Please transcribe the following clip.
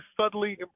subtly